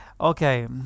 Okay